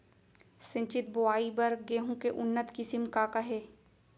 सिंचित बोआई बर गेहूँ के उन्नत किसिम का का हे??